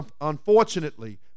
unfortunately